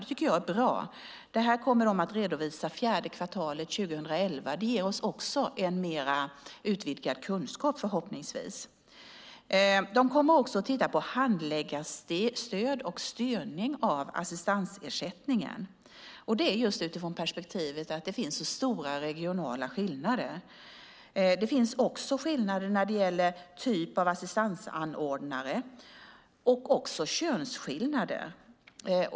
Det tycker jag är bra. Det här kommer att redovisas fjärde kvartalet 2011. Det ger oss en mer utvidgad kunskap förhoppningsvis. ISF kommer även att titta på handläggarstöd och styrning av assistansersättningen, och det utifrån perspektivet att det finns stora regionala skillnader. Det finns också skillnader när det gäller typ av assistansanordnare och könsskillnader.